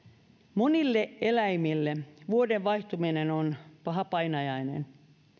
monille eläimille vuoden vaihtuminen on paha painajainen